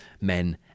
men